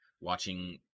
watching